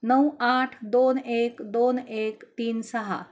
नऊ आठ दोन एक दोन एक तीन सहा